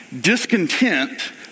Discontent